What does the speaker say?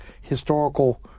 historical